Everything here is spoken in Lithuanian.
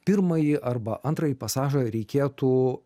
pirmąjį arba antrąjį pasažą reikėtų